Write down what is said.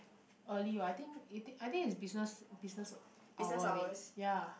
early what I think I think is business business hour leh ya